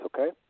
okay